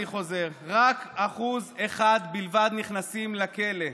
רק 1% בלבד נכנס לכלא,